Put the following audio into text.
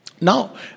Now